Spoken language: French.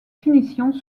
finitions